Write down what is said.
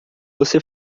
você